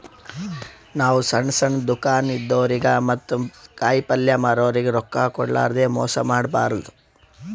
ನಾವ್ ಸಣ್ಣ್ ಸಣ್ಣ್ ದುಕಾನ್ ಇದ್ದೋರಿಗ ಮತ್ತ್ ಕಾಯಿಪಲ್ಯ ಮಾರೋರಿಗ್ ರೊಕ್ಕ ಕೋಡ್ಲಾರ್ದೆ ಮೋಸ್ ಮಾಡಬಾರ್ದ್